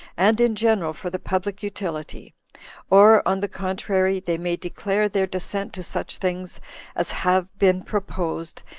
and in general for the public utility or, on the contrary, they may declare their dissent to such things as have been proposed,